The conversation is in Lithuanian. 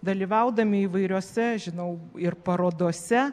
dalyvaudami įvairiose žinau ir parodose